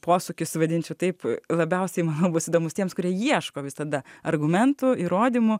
posūkis vadinčiau taip labiausiai manau bus įdomus tiems kurie ieško visada argumentų įrodymų